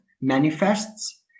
manifests